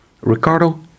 Ricardo